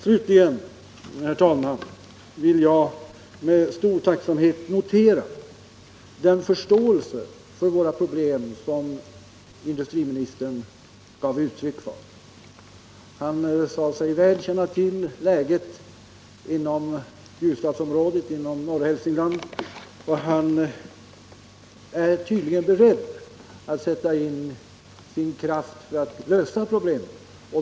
Slutligen, herr talman, vill jag med stor tacksamhet notera den förståelse för våra problem som industriministern gav uttryck för. Han sade sig väl känna till läget i norra Hälsingland och i Ljusdalsområdet, och han är tydligen beredd att sätta in sin kraft för att lösa problemen.